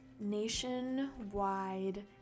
nationwide